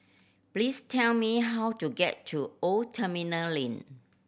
please tell me how to get to Old Terminal Lane